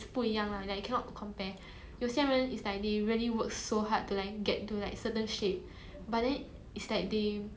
it's like they completely like disregard people's efforts and just be like oh but like why would you want to be skinny when you can have like